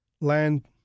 land